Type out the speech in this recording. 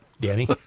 Danny